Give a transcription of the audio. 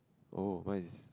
oh what is